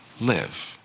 live